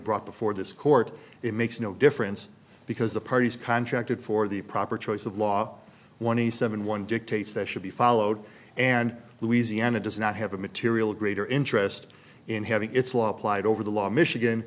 brought before this court it makes no difference because the parties contracted for the proper choice of law one of the seven one dictates that should be followed and louisiana does not have a material greater interest in having its law applied over the last michigan